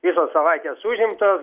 visos savaitės užimtos